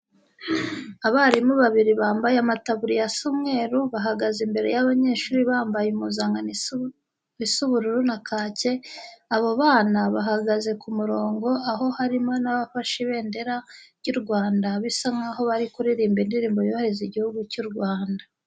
Abarimu babiri bambaye amataburiya asa umweru, bahagaze imbere y'abanyeshuri bambaye impuzankano isa ubururu na kake. Abo bana bahagaze ku murongo, aho harimo n'abafashe ku ibendera ry'u Rwanda, bisa nkaho bari kuririmba indirimbo yubahiriza igihugu cy'u Rwanda.